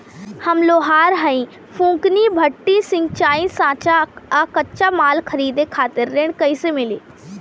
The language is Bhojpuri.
हम लोहार हईं फूंकनी भट्ठी सिंकचा सांचा आ कच्चा माल खरीदे खातिर ऋण कइसे मिली?